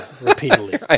repeatedly